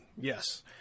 yes